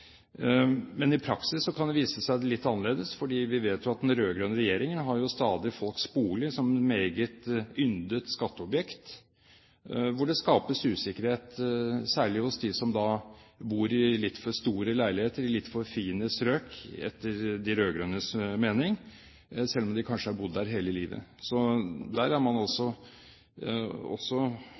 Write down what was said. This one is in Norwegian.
Men i praksis kan det vise seg litt annerledes, for vi vet jo at den rød-grønne regjeringen stadig har hatt folks bolig som et meget yndet skatteobjekt. Det skapes usikkerhet, særlig hos dem som etter de rød-grønnes mening bor i litt for store leiligheter i litt for fine strøk – selv om de kanskje har bodd der hele livet. Så der er man også